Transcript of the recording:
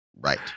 Right